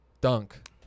dunk